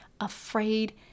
afraid